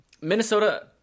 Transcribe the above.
Minnesota